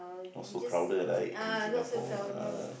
also crowded right in Singapore ah